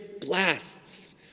blasts